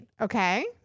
okay